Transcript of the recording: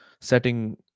setting